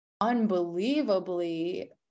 unbelievably